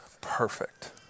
perfect